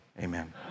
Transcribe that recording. Amen